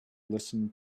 listen